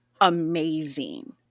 amazing